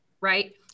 right